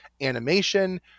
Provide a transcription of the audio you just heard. Animation